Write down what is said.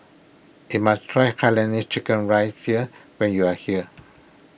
you must try Hainanese Chicken Rice here when you are here